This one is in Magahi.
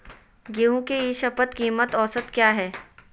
गेंहू के ई शपथ कीमत औसत क्या है?